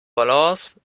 balance